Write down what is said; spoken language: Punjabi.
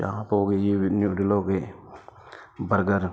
ਚਾਂਪ ਹੋ ਗਈ ਜੀ ਨਿਊਡਲ ਹੋ ਗਏ ਬਰਗਰ